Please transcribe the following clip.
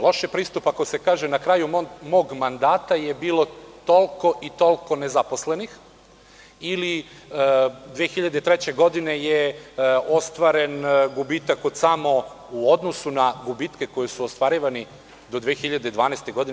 Loš je pristup ako se kaže – na kraju mog mandata je bilo toliko i toliko nezaposlenih ili, 2003. godine je ostvaren gubitak samo u odnosu na gubitke koji su ostvarivani do 2012. godine.